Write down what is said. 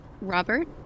Robert